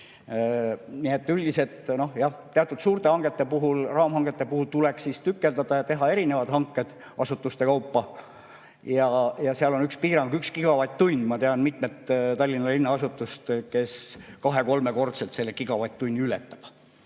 Nii et üldiselt jah, teatud suurte hangete puhul, raamhangete puhul tuleks siis tükeldada ja teha erinevad hanked asutuste kaupa. Ja seal on üks piirang: 1 gigavatt-tund. Ma tean mitut Tallinna linna asutust, kes kahe-kolmekordselt gigavatt-tunni ületab.